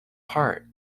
heart